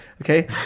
okay